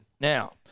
Now